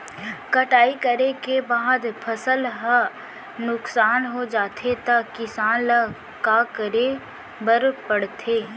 कटाई करे के बाद फसल ह नुकसान हो जाथे त किसान ल का करे बर पढ़थे?